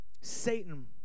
Satan